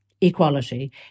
equality